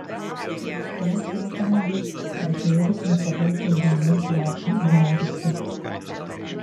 nors sakoma gi kad žvėrys niekada puldami grobį neurzgia